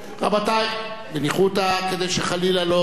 בניחותא, כדי שחלילה לא תרוץ